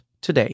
today